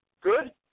Good